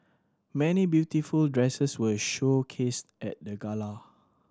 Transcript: many beautiful dresses were showcased at the gala